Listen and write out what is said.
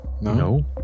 No